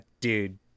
dude